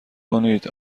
کنید